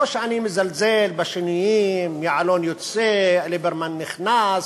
לא שאני מזלזל בשינויים, יעלון יוצא, ליברמן נכנס,